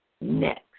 next